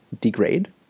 degrade